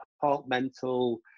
departmental